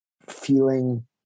feeling